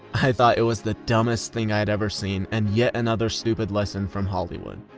i thought it was the dumbest thing i had ever seen and yet another stupid lesson from hollywood.